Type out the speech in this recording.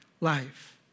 life